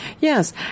Yes